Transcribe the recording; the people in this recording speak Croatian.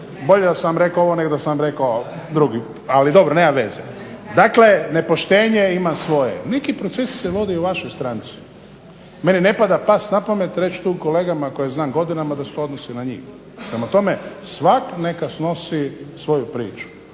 bolje da sam vam rekao nego da sam vam rekao drugi, ali dobro, nema veze. Dakle, nepoštenje ima svoje. Neki procesi se vode i u vašoj stranci. Meni ne pada na pamet reći tu kolegama koje znam godinama da se odnosi na njih, prema tome svak neka snosi svoju priču.